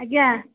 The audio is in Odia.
ଆଜ୍ଞା